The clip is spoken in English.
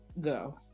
go